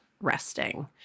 resting